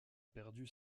perdu